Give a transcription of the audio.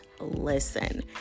Listen